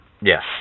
Yes